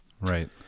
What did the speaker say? Right